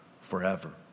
forever